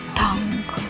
tongue